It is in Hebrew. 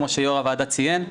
כמו שיו"ר הוועדה ציין,